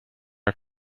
are